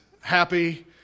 happy